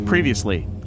Previously